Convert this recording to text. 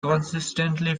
consistently